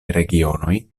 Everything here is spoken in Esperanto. regionoj